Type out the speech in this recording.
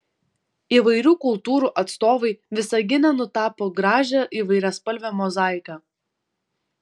įvairių kultūrų atstovai visagine nutapo gražią įvairiaspalvę mozaiką